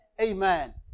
Amen